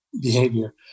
behavior